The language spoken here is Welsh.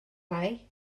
lai